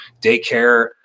daycare